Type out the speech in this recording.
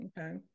Okay